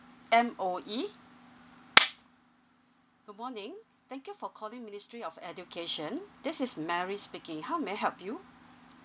M_O_E good morning thank you for calling ministry of education this is mary speaking how may I help you